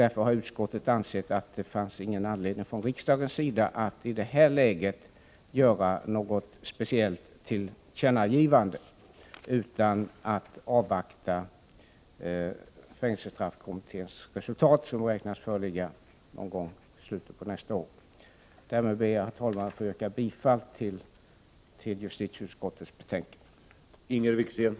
Därför har utskottet ansett att det inte finns någon anledning att från riksdagens sida i det här läget göra något speciellt tillkännagivande utan att man bör avvakta fängelsestraffkommitténs resultat, som beräknas föreligga någon gång i slutet av nästa år. Därmed ber jag, herr talman, att få yrka bifall till justitieutskottets hemställan.